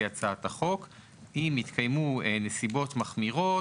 אם התקיימו נסיבות מחמירות,